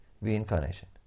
reincarnation